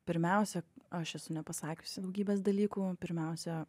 pirmiausia aš esu nepasakiusi daugybės dalykų pirmiausia